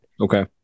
Okay